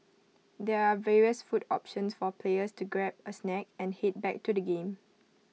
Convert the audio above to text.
there are various food options for players to grab A snack and heed back to the game